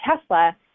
Tesla